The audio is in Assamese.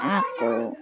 আকৌ